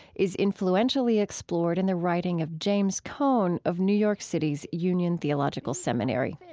is influentially explored in the writing of james cone of new york city's union theological seminary.